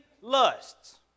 lusts